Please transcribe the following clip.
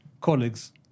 colleagues